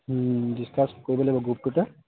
discuss কৰিব লাগিব গ্ৰুপটোতে